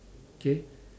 K